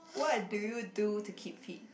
what do you do to keep fit